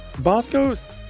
Bosco's